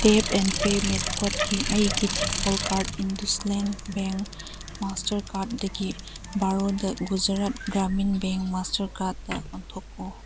tap and pay ꯃꯦꯊꯦꯠꯀꯤ ꯑꯩꯒꯤ default card IndusInd bank master ꯀꯥꯔꯠꯗꯒꯤ ꯒꯨꯖꯔꯥꯠ ꯒ꯭ꯔꯥꯃꯤꯟ ꯕꯦꯡ ꯃꯥꯁꯇꯔ ꯀꯥꯔꯠꯇ ꯑꯣꯟꯊꯣꯛꯎ